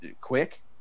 quick